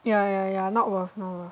ya ya ya not worth not worth